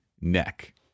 neck